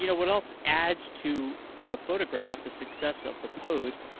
you know what else adds to the photograph, the success of the post,